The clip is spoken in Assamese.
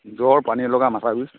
জ্বৰ পানীলগা মাথাৰ বিষ